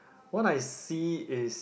what I see is